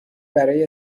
برای